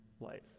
life